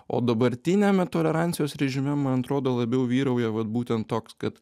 o dabartiniame tolerancijos režime man atrodo labiau vyrauja vat būtent toks kad